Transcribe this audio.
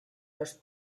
los